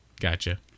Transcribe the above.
Gotcha